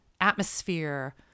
atmosphere